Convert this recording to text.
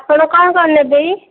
ଆପଣ କ'ଣ କ'ଣ ନେବେ କି